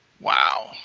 wow